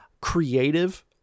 creative